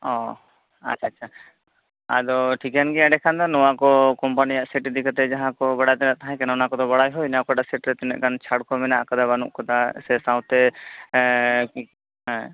ᱚᱸᱻ ᱟᱪᱪᱷᱟ ᱟᱪᱪᱷᱟ ᱟᱫᱚ ᱴᱷᱤᱠᱮᱱ ᱜᱮᱭᱟ ᱚᱸᱰᱮ ᱠᱷᱟᱱ ᱫᱚ ᱱᱚᱣᱟ ᱠᱚ ᱠᱚᱢᱯᱟᱱᱤᱭᱟᱜ ᱥᱮᱴ ᱤᱫᱤᱠᱟᱛᱮ ᱡᱟᱦᱟᱸ ᱠᱚ ᱵᱟᱰᱟᱭ ᱫᱟᱲᱮᱭᱟᱜ ᱛᱟᱦᱮᱸ ᱠᱟᱱᱟ ᱚᱱᱟ ᱠᱚᱫᱚ ᱵᱟᱰᱟᱭ ᱦᱩᱭᱮᱱᱟ ᱚᱠᱟᱴᱟᱜ ᱥᱮᱴ ᱨᱮ ᱛᱤᱱᱟ ᱜ ᱜᱟᱱ ᱪᱷᱟᱲ ᱠᱚ ᱦᱮᱱᱟᱜᱟ ᱟᱠᱟᱫᱟ ᱵᱟᱹᱱᱩᱜ ᱟᱠᱟᱫᱟ ᱥᱟᱶᱛᱮ ᱦᱮᱸ